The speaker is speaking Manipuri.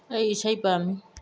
ꯑꯩ ꯏꯁꯩ ꯄꯥꯝꯃꯤ